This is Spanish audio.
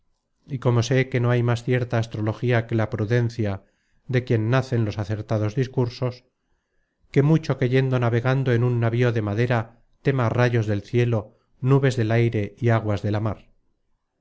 y como sé que no hay más cierta astrología que la prudencia de quien nacen los acertados discursos qué mucho que yendo navegando en un navío de madera tema rayos del cielo nubes del aire y aguas de la mar